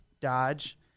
Dodge